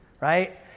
right